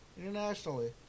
internationally